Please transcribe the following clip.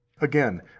Again